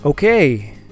Okay